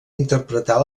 interpretar